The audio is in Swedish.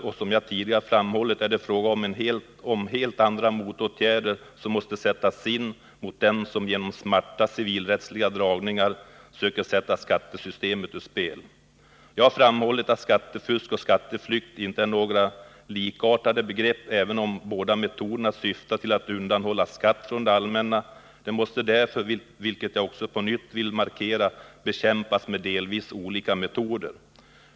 Och som jag tidigare framhållit är det fråga om helt andra motåtgärder som måste sättas in mot dem som genom ”smarta” civilrättsliga dragningar söker sätta skattesystemet ur spel. Jag har tidigare framhållit att skattefusk och skatteflykt inte är några likartade begrepp, även om båda metoderna syftar till att undanhålla skatt från det allmänna. De måste därför — vilket jag också på nytt vill markera — bekämpas med delvis olika metoder.